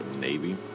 Navy